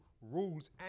rules